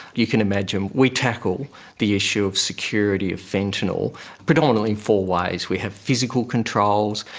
you can imagine we tackle the issue of security of fentanyl predominantly four ways we have physical controls,